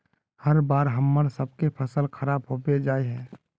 हर बार हम्मर सबके फसल खराब होबे जाए है?